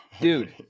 Dude